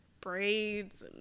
braids